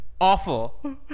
awful